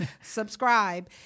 subscribe